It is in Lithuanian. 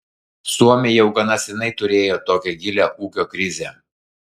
suomiai jau gana seniai turėjo tokią gilią ūkio krizę